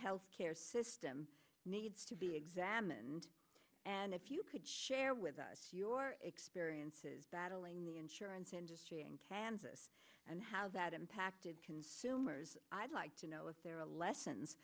health care system needs to be examined and if you could share with us your experiences battling the insurance industry in kansas and how that impacted consumers i'd like to know is there a lessons